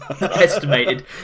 estimated